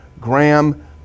Graham